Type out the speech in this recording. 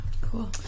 cool